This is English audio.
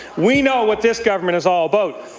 we know what this government is all about.